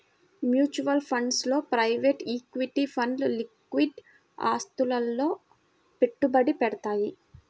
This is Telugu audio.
మ్యూచువల్ ఫండ్స్ లో ప్రైవేట్ ఈక్విటీ ఫండ్లు లిక్విడ్ ఆస్తులలో పెట్టుబడి పెడతయ్యి